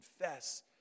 confess